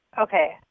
Okay